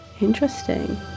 Interesting